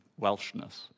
Welshness